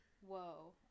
whoa